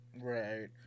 Right